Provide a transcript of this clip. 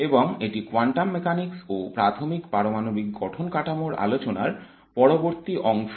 এবং এটি quantum mechanics ও প্রাথমিক পারমাণবিক গঠন কাঠামোর আলোচনার পরবর্তী অংশ